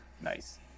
Nice